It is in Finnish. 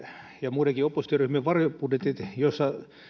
ja muidenkin oppositioryhmien varjobudjetit joiden osia